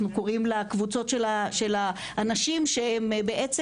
אנחנו קוראים לקבוצות של האנשים שבעצם